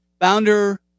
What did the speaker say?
founder